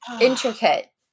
intricate